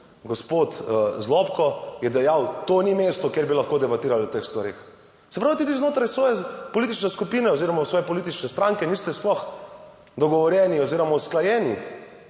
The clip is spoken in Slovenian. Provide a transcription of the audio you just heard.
Gospod Zlobko je dejal, to ni mesto, kjer bi lahko debatirali o teh stvareh. Se pravi, tudi znotraj svoje politične skupine oziroma svoje politične stranke niste sploh dogovorjeni oziroma usklajeni,